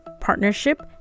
partnership